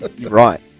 Right